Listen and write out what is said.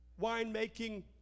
winemaking